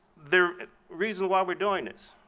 the reason why we're doing this.